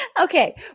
Okay